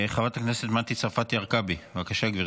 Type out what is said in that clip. חברת הכנסת מטי צרפתי הרכבי, בבקשה, גברתי.